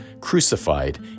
crucified